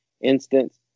instance